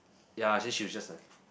ya then she was just like